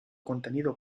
contenido